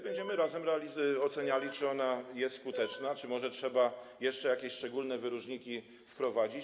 Będziemy razem oceniali, czy ona jest skuteczna, czy może trzeba jeszcze jakieś szczególne wyróżniki wprowadzić.